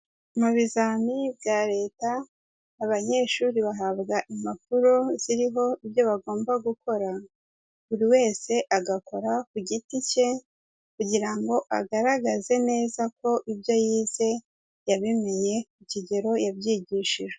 Mu bizami bya Leta abanyeshuri bahabwa impapuro ziriho ibyo bagomba gukora, buri wese agakora ku giti cye kugira ngo agaragaze neza ko ibyo yize yabimeye ku kigero yabyigishijwe.